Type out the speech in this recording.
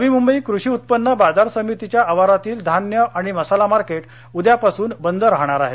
नवी मुंबई कृषी उत्पन्न बाजार समितीच्या आवारातील धान्य आणि मसाला मार्केट उद्या पासून बंद राहणार आहेत